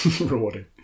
rewarding